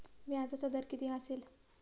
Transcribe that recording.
व्याजाचा दर किती असेल?